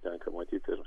tenka matyti ir